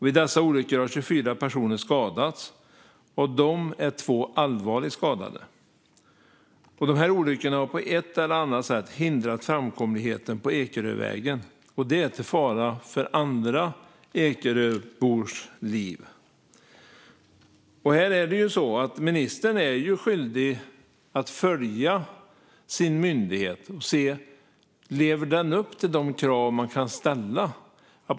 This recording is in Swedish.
Vid dessa olyckor har 24 personer skadats, och av dem är två allvarligt skadade. Olyckorna har på ett eller annat sätt hindrat framkomligheten på Ekerövägen, och det till fara för andra Ekeröbors liv. Ministern är skyldig att följa sin myndighet och se om den lever upp till de krav man kan ställa.